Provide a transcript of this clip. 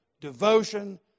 devotion